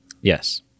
Yes